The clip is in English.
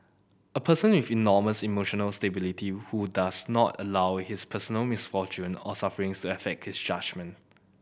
a person with enormous emotional stability who does not allow his personal misfortune or sufferings to affect his judgement